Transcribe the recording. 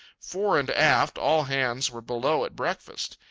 fore and aft, all hands were below at breakfast.